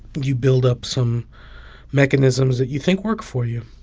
you build up some mechanisms that you think work for you.